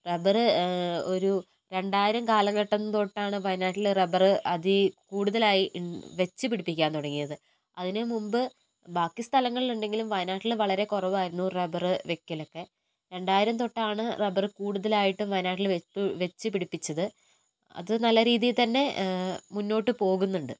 rubber ഒരു രണ്ടായിരം കാലഘട്ടം തൊട്ടാണ് വയനാട്ടിൽ റബ്ബർ അതിൽ കൂടുതലായി വച്ചുപിടിപ്പിക്കാൻ തുടങ്ങിയത് അതിനു മുൻപ് ബാക്കി സ്ഥലങ്ങളിൽ ഉണ്ടെങ്കിലും വയനാട്ടിൽ വളരെ കുറവായിരുന്നു റബ്ബർ വയ്ക്കലൊക്കെ രണ്ടായിരം തൊട്ടാണ് റബ്ബർ കൂടുതലായിട്ടും വയനാട്ടിൽ വച്ചു പിടിപ്പിച്ചത് അതു നല്ല രീതിയിൽ തന്നെ മുന്നോട്ട് പോകുന്നുണ്ട്